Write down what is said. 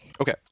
Okay